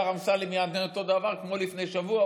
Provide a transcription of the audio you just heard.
השר אמסלם יענה אותו דבר כמו לפני שבוע,